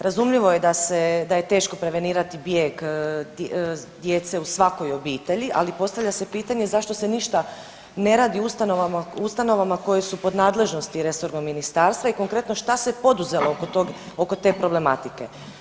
Razumljivo je da je teško prevenirati bijeg djece u svakoj obitelji, ali postavlja se pitanje zašto se ništa ne radi u ustanovama koje su pod nadležnosti resornog ministarstva i konkretno šta se poduzelo oko tog, oko te problematike.